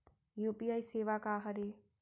UPI सेवा का हरे?